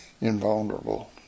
invulnerable